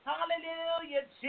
Hallelujah